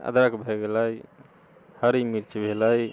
अदरक भए गेलै हरी मिर्च भेलै